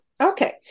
Okay